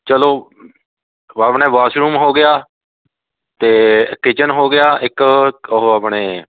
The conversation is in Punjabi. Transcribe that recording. ਚਲੋ ਆਪਣੇ ਵਾਸ਼ਰੂਮ ਹੋ ਗਿਆ ਅਤੇ ਕਿਚਨ ਹੋ ਗਿਆ ਇੱਕ ਉਹ ਆਪਣੇ